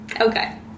Okay